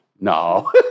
No